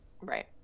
Right